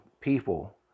people